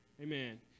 Amen